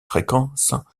fréquences